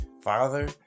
father